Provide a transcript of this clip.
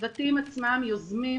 הצוותים עצמם,